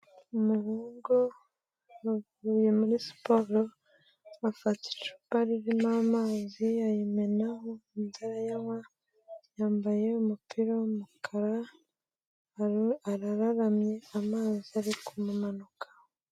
Umuhungu abavuye muri siporo bafata icupa ririmo amazi ayimenaho, yambaye umupira w'umukara arararamye amazi arikumanuka mu kanwa.